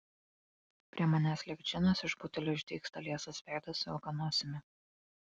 prie manęs lyg džinas iš butelio išdygsta liesas veidas su ilga nosimi